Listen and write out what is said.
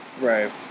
Right